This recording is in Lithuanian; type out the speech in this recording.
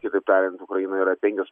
kitaip tariant ukrainoj yra penkios